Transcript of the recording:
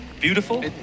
beautiful